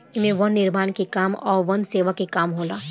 एमे वन निर्माण के काम आ वन सेवा के काम होला